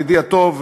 ידידי הטוב,